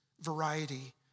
variety